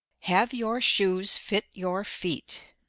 have your shoes fit your feet.